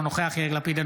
אינו נוכח יאיר לפיד,